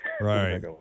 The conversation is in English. Right